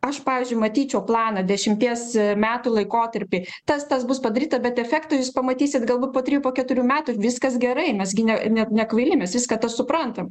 aš pavyzdžiui matyčiau planą dešimties metų laikotarpy tas tas bus padaryta bet efektą jūs pamatysit galbūt po trijų po keturių metų viskas gerai mes gi ne ne ne nekvaili mes viską tą suprantam